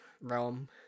realm